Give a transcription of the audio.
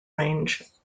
range